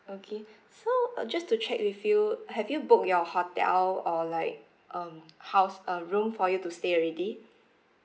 okay so uh just to check with you have you book your hotel or like um house uh room for you to stay already